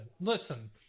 listen